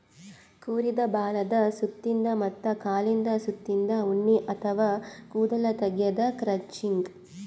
ಕುರಿದ್ ಬಾಲದ್ ಸುತ್ತಿನ್ದ ಮತ್ತ್ ಕಾಲಿಂದ್ ಸುತ್ತಿನ್ದ ಉಣ್ಣಿ ಅಥವಾ ಕೂದಲ್ ತೆಗ್ಯದೆ ಕ್ರಚಿಂಗ್